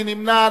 מי נמנע?